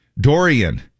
Dorian